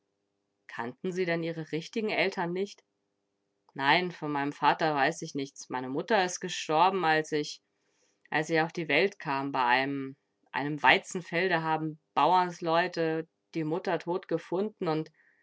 kannten sie denn ihre richtigen eltern nicht nein von meinem vater weiß ich nichts meine mutter is gestorben als ich als ich auf die welt kam bei einem einem weizenfelde haben bauersleute die mutter tot gefunden und